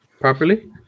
properly